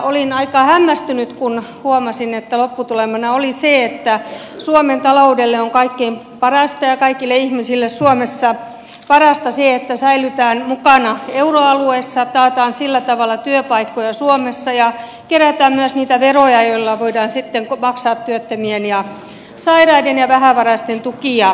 olin aika hämmästynyt kun huomasin että lopputulemana oli se että suomen taloudelle on kaikkein parasta ja kaikille ihmisille suomessa on parasta se että säilytään mukana euroalueessa taataan sillä tavalla työpaikkoja suomessa ja kerätään myös niitä veroja joilla voidaan sitten maksaa työttömien ja sairaiden ja vähävaraisten tukia